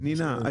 פנינה,